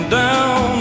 down